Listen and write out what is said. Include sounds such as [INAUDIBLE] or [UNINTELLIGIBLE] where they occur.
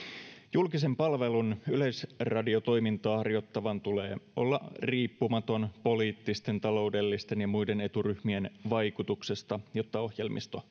julkisen palvelun yleisradiotoimintaa harjoittavan tulee olla riippumaton poliittisten taloudellisten ja muiden eturyhmien vaikutuksesta jotta ohjelmisto [UNINTELLIGIBLE]